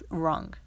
wrong